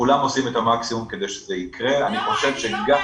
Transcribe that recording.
את המקסימום כדי שזה יקרה --- נחום,